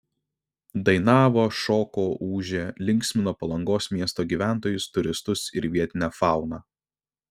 dainavo šoko ūžė linksmino palangos miesto gyventojus turistus ir vietinę fauną